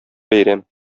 бәйрәм